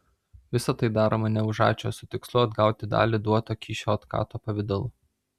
visa tai daroma ne už ačiū o su tikslu atgauti dalį duoto kyšio otkato pavidalu